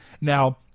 Now